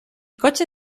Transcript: coche